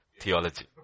theology